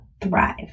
thrive